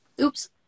Oops